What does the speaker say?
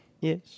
Yes